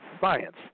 science